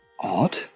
odd